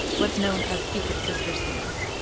what's known as secret sister scams.